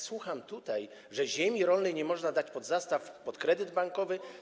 Słucham tutaj, że ziemi rolnej nie można dać pod zastaw, pod kredyt bankowy.